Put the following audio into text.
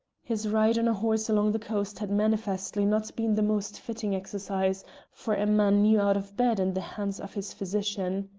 his ride on a horse along the coast had manifestly not been the most fitting exercise for a man new out of bed and the hands of his physician.